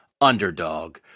underdog